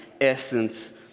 essence